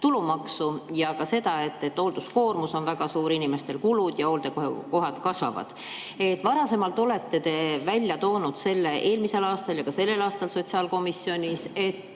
ja ka seda, et hoolduskoormus on inimestel väga suur, kulud ja hooldekoha[tasu]d kasvavad. Varasemalt olete te välja toonud selle eelmisel aastal ja ka sellel aastal sotsiaalkomisjonis, et